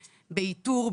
באיתור,